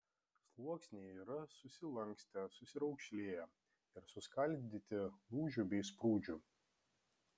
sluoksniai yra susilankstę susiraukšlėję ir suskaldyti lūžių bei sprūdžių